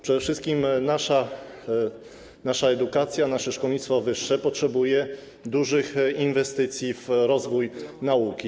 Przede wszystkim nasza edukacja, nasze szkolnictwo wyższe potrzebuje dużych inwestycji w rozwój nauki.